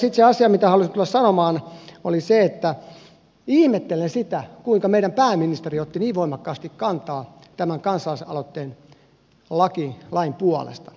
itse asia mitä halusin tulla sanomaan oli se että ihmettelen sitä kuinka meidän pääministeri otti niin voimakkaasti kantaa tämän kansalaisaloitteen lain puolesta